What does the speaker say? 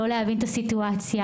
לא להבין את הסיטואציה.